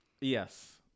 Yes